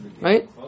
right